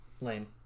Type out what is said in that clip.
Lame